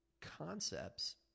concepts